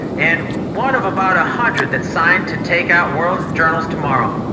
and one of about a hundred that's signed to take out worlds and journals to-morrow.